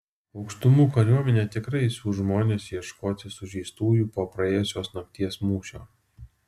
aukštumų kariuomenė tikrai siųs žmones ieškoti sužeistųjų po praėjusios nakties mūšio